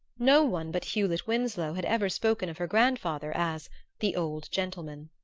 no one but hewlett winsloe had ever spoken of her grandfather as the old gentleman.